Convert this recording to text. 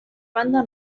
banda